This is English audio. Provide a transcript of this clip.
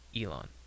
Elon